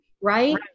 Right